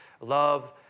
Love